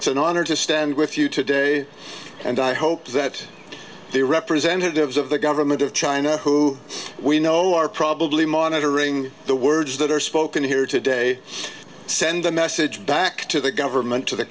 just stand with you today and i hope that the representatives of the government of china who we know are probably monitoring the words that are spoken here today send a message back to the government to the